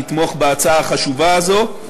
לתמוך בהצעה החשובה הזו.